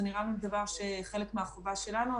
זה נראה לנו דבר שהוא חלק מהחובה שלנו.